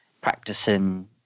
practicing